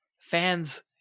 fans